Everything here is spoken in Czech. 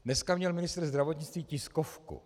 Dnes měl ministr zdravotnictví tiskovku.